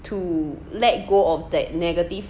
to let go of that negative